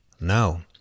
No